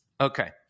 Okay